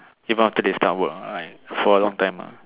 even after they start work right for a long time ah